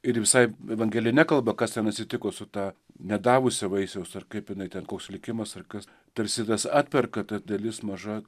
ir visai evangelija nekalba kas ten atsitiko su ta nedavusia vaisiaus ar kaip jinai ten koks likimas ar kas tarsi tas atperka ta dalis maža